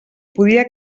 podia